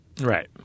Right